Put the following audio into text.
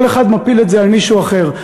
כל אחד מפיל את זה על מישהו אחר,